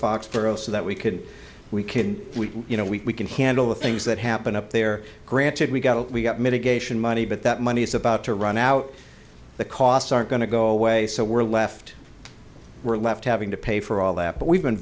foxboro so that we could we can we you know we can handle the things that happen up there granted we got a we got mitigation money but that money is about to run out the costs aren't going to go away so we're left we're left having to pay for all that but we've been